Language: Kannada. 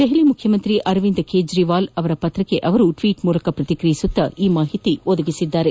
ದೆಹಲಿ ಮುಖ್ಯಮಂತ್ರಿ ಅರವಿಂದ್ ಕೇಜ್ರಿವಾಲ್ ಅವರ ಪತ್ರಕ್ಕೆ ಅವರು ಟ್ವೀಟ್ ಮೂಲಕ ಪ್ರತಿಕಿಯಿಸಿ ಈ ಮಾಹಿತಿ ನೀಡಿದ್ದಾರೆ